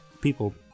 people